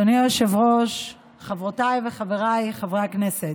אדוני היושב-ראש, חברותיי וחבריי חברי הכנסת,